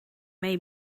may